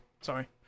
Sorry